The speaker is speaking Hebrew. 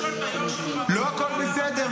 לפני שאתה בא בטענות -- לא, לא הכול בסדר.